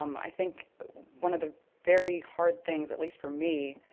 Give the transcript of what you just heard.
um i think one of the very hard things, at least for me,